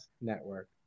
network